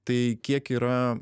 tai kiek yra